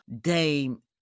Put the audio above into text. Dame